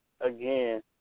again